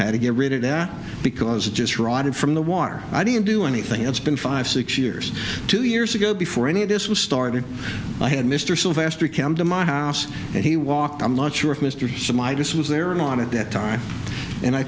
had to get rid of that because it just rotted from the water i didn't do anything it's been five six years two years ago before any of this was started i had mr sylvester come to my house and he walked i'm not sure if mr hume i just was there or not at that time and i